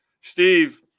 Steve